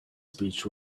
speech